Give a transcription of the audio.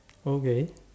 okay